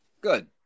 good